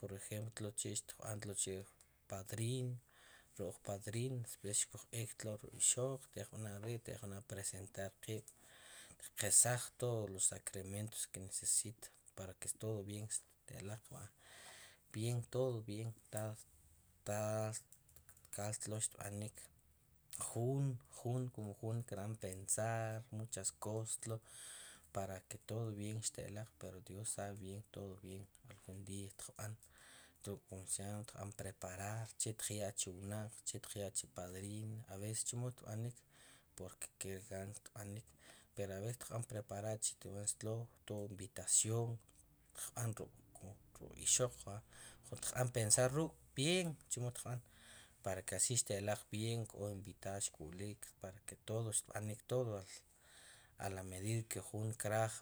por ejemplo chi' xtb'antlo chi' padrino, ruk' padrino xkuj b'ek tlo ruk' ixoq, teqb'na' ri, teq b'na' presentar, qesaj todo sacramento que necesita, para que todo bien xteloq va, bien todo, bien tkal tlo xab'anik, jun, jun kum jun krb'an pensar muchas cosas tlo para que todo bien xte'loq pero dios sabe bien, todo bien algún día tqb'an, ruk' cómo se llama tqb'an preparar che tqyaa chuwnaq, che tqyaa chu padrino, a veces chemo tb'anik, porque quiere ganas tib'anik, pero ver tqb'an preparar chi' tloo invitación kb'an ruk' ixoq qb'an pensar ruk' bien chemo tqb'an, para que así xteloq bien k'o invitados xku'lik para que todo xa'anik, todo a la medida ke jun kraj